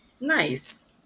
nice